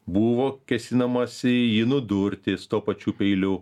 buvo kėsinamasi jį nudurti su tuo pačiu peiliu